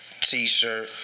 T-shirt